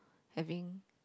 having